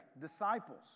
disciples